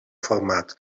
format